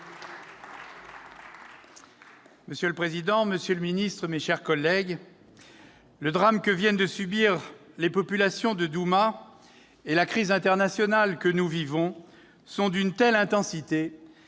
Monsieur le président, monsieur le ministre, mes chers collègues, le drame que viennent de subir les populations de Douma et la crise internationale que nous vivons sont d'une telle intensité